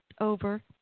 over